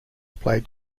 played